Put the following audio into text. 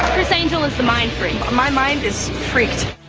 criss angel is the mindfreak. my mind is. freaked.